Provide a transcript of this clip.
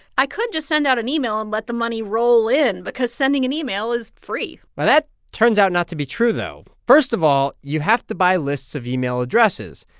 i could just send out an email and let the money roll in because sending an email is free well, that turns out not to be true, though. first of all, all, you have to buy lists of email addresses,